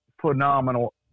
phenomenal